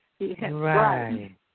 Right